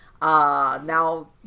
Now